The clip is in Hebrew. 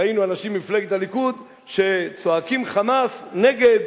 ראינו אנשים ממפלגת הליכוד שצועקים חמס נגד,